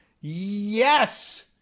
Yes